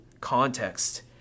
context